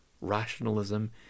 rationalism